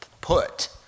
put